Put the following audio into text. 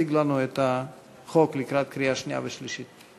תציג לנו את החוק לקראת קריאה שנייה ושלישית.